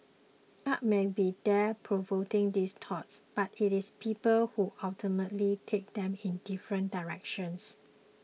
art may be there provoking these thoughts but it is people who ultimately take them in different directions